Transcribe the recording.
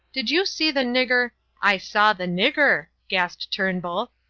did you see the nigger i saw the nigger, gasped turnbull.